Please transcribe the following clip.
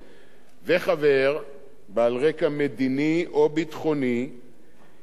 וחבר בעל רקע מדיני או ביטחוני עם ידע